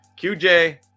QJ